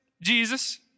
Jesus